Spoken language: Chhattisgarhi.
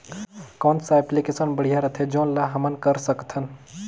कौन सा एप्लिकेशन बढ़िया रथे जोन ल हमन कर सकथन?